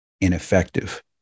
ineffective